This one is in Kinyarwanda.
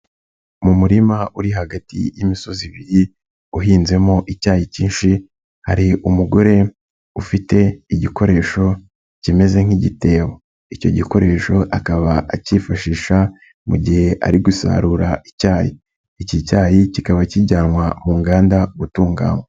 Mu murima uri hagati y'imisozi uhinzemo icyayi kinshi. Hari umugore ufite igikoresho kimeze nk'igitebo. Icyo gikoresho akaba akifashisha mu gihe ari gusarura icyayi. Iki cyayi kikaba kijyanwa mu nganda gutunganywa.